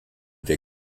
wir